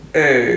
Hey